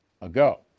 ago